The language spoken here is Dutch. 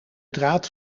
draad